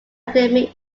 academy